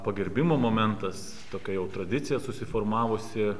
pagerbimo momentas tokia jau tradicija susiformavusi